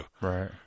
Right